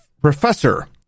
professor